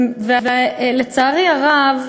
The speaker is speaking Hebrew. ולצערי הרב,